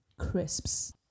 crisps